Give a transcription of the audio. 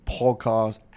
podcast